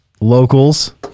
Locals